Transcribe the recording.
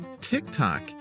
TikTok